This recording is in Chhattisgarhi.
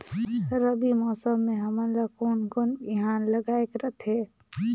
रबी मौसम मे हमन ला कोन कोन बिहान लगायेक रथे?